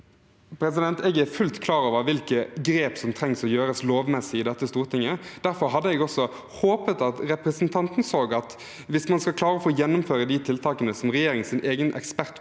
modellene. Jeg er fullt klar over hvilke lovmessige grep som trengs å gjøres i dette stortinget. Derfor hadde jeg også håpet at representanten så at hvis man skal klare å gjennomføre de tiltakene som regjeringens egen ekspertgruppe